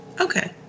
Okay